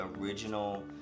original